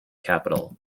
capital